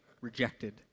rejected